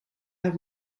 have